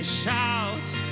shouts